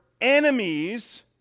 enemies